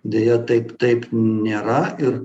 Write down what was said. deja taip taip nėra ir